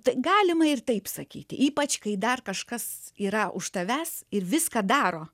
tai galima ir taip sakyti ypač kai dar kažkas yra už tavęs ir viską daro